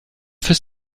fürs